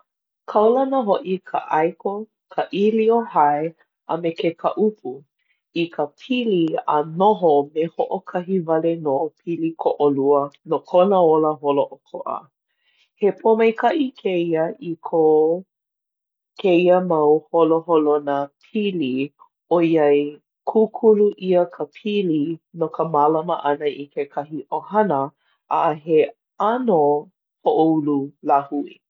Kaulana hoʻi ka ʻaeko, ka ʻīlio hae, a me ke kaʻupu i pili a noho me hoʻokahi wale nō pili koʻolua no kona ola holoʻokoʻa. He pōmaikaʻi kēia i ko kēia mau holoholona pili ʻoiai kūkulu ʻia ka pili no ka mālama ʻana i kekahi ʻohana a he ʻano hoʻoulu lāhui.